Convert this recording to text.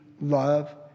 love